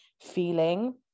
feeling